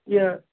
य